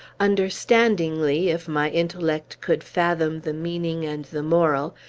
understandingly, if my intellect could fathom the meaning and the moral,